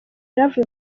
love